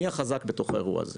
מי החזק בתוך האירוע הזה.